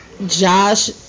Josh